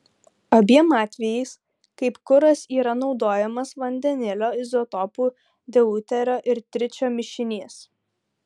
abiem atvejais kaip kuras yra naudojamas vandenilio izotopų deuterio ir tričio mišinys